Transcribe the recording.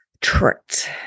tricked